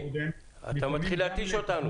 אתה מתחיל להתיש אותנו.